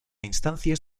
instancias